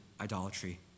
idolatry